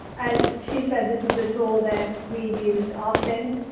as she said, this is the tool that we've used often.